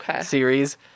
series